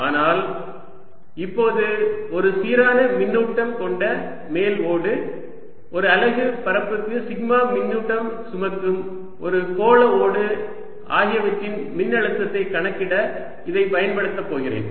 ஆனால் இப்போது ஒரு சீரான மின்னூட்டம் கொண்ட மேல் ஓடு ஒரு அலகு பரப்புக்கு சிக்மா மின்னூட்டம் சுமக்கும் ஒரு கோளவோடு ஆகியவற்றின் மின்னழுத்தத்தை கணக்கிட இதைப் பயன்படுத்தப் போகிறேன்